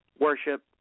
Worship